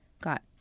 got